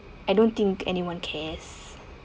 I don't think anyone cares